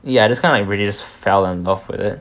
ya just kind of really just fell in love with it